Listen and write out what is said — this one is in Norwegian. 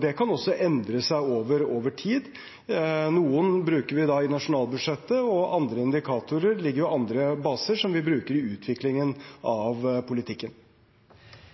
Det kan også endre seg over tid. Noen bruker vi i nasjonalbudsjettet, andre indikatorer ligger i andre baser som vi bruker i utviklingen av politikken.